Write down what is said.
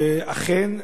ואכן,